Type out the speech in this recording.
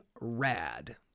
rad